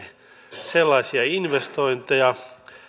sellaisia investointeja